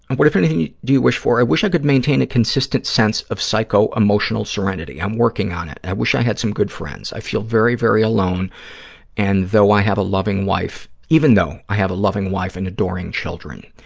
and what, if anything, do you wish for? i wish i could maintain a consistent sense of psycho-emotional serenity. i'm working on it. i wish i had some good friends. i feel very, very alone and though i have a loving wife, even though i have a loving wife and adoring children.